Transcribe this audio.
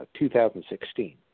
2016